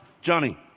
Johnny